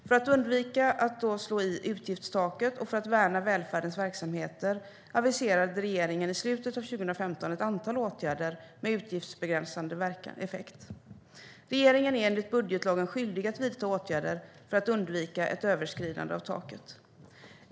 För att undvika att slå i utgiftstaket och för att värna välfärdens verksamheter aviserade regeringen i slutet av 2015 ett antal åtgärder med utgiftsbegränsande effekt. Regeringen är enligt budgetlagen skyldig att vidta åtgärder för att undvika ett överskridande av taket.